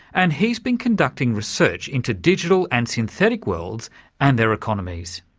and he's been conducting research into digital and synthetic worlds and their economies.